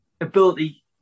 ability